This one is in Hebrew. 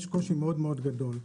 יש קושי מאוד מאוד גדול.